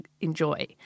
enjoy